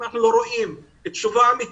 אם אנחנו לא רואים תשובה אמיתית,